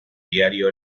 diario